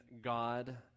God